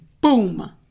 boom